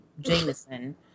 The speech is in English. Jameson